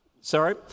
sorry